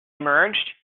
emerged